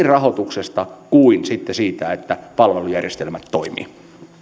rahoituksesta kuin sitten siitä että palvelujärjestelmät toimivat